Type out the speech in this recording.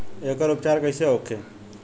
एकर उपचार कईसे होखे?